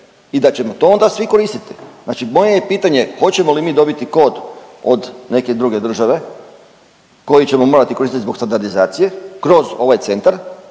i da ćemo to onda svi koristiti. Znači moje je pitanje hoćemo li mi dobiti kod od neke druge države koji ćemo morati koristiti zbog standardizacije kroz ovaj centar,